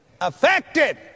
Affected